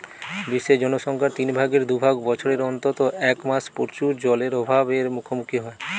বিশ্বের জনসংখ্যার তিন ভাগের দু ভাগ বছরের অন্তত এক মাস প্রচুর জলের অভাব এর মুখোমুখী হয়